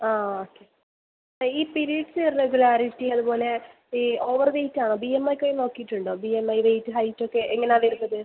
ആ ഓക്കെ ഇപ്പം ഈ പിരീഡ്സ് ഇറെഗുലാരിറ്റി അതുപോലെ ഈ ഓവർവെയിറ്റ് ആണോ ബി എം ഐ ഒക്കെ നോക്കിയിട്ടുണ്ടോ B M I weight height ഒക്കെ എങ്ങനെയാണ് വരുന്നത്